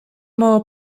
mało